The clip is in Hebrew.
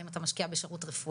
אם אתה משקיע בשרות רפואי,